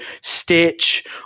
stitch